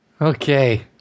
Okay